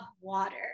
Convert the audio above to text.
water